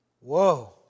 Whoa